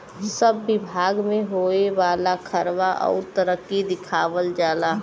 सब बिभाग मे होए वाला खर्वा अउर तरक्की दिखावल जाला